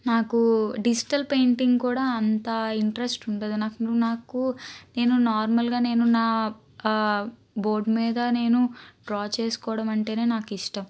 నాకు digital painting కూడా అంత ఇంట్రెస్ట్ ఉండదు నాకు నాకు నేను నార్మల్గా నేను నా బోర్డు మీద నేను డ్రా చేసుకోవడం అంటేనే నాకు ఇష్టం